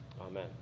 Amen